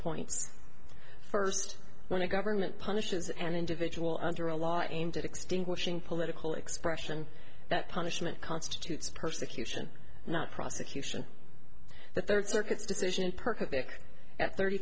points first when a government punishes an individual under a law aimed at extinguishing political expression that punishment constitutes persecution not prosecution the third circuit's decision perk of pick at thirty